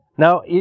Now